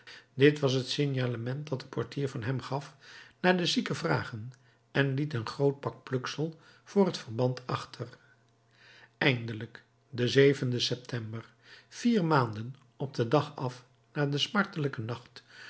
haar dit was het signalement dat de portier van hem gaf naar den zieke vragen en liet een groot pak pluksel voor het verband achter eindelijk den den september vier maanden op den dag af na den smartelijken nacht